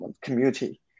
community